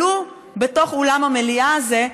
כלוא בתוך אולם המליאה הזה,